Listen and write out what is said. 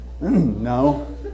No